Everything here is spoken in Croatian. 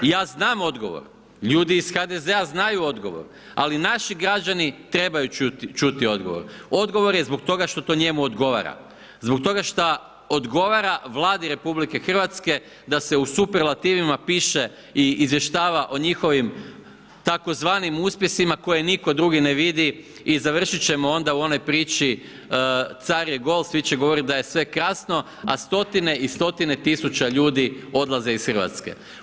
Ja znam odgovor, ljudi iz HDZ-a znaju odgovor, ali naši građani trebaju čuti odgovor, odgovor je zbog toga što to njemu odgovora, zbog toga što odgovara vladi RH da se u superlativima piše i izvještava o njihovim tzv. uspjesima koje nitko drugi ne vidi i završiti ćemo onda u onoj priči, car je gol, svi će govoriti da je sve krasno, a stotine i stotine tisuće ljudi odlaze iz Hrvatske.